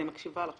אני מקשיבה לך,